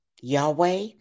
Yahweh